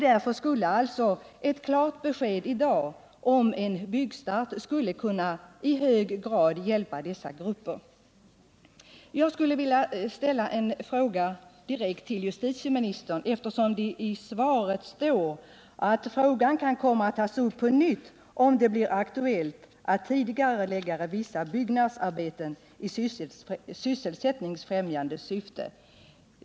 Därför skulle ett klart besked nu om en byggstart verkligen hjälpa dessa grupper. I svaret sägs att frågan kan komma att tas upp på nytt om det blir aktuellt att tidigarelägga vissa byggnadsarbeten i sysselsättningsfrämjande syfte.